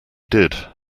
did